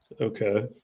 Okay